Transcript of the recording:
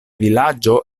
vilaĝo